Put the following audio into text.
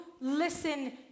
listen